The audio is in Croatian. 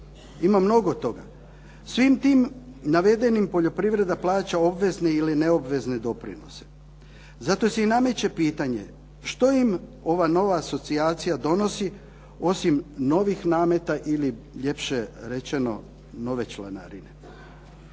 Ima mnogo toga. Svim tim navedenim poljoprivreda plaća obvezne ili neobvezne doprinose. Zato se i nameće pitanje što im ova nova asocijacija donosi osim novih nameta ili ljepše rečeno nove članarine.